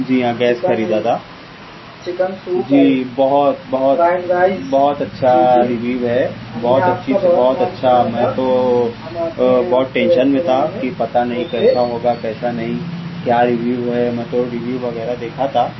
جی ہاں گیس خریدا تھا جی بہت بہت بہت اچھا ریویو ہے بہت اچھی بہت اچھا میں تو بہت ٹینشن میں تھا کہ پتہ نہیں کیسا ہوگا کیسا نہیں کیا ریوو ہے میں تو ریوو وغیرہ دیکھا تھا